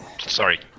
Sorry